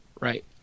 Right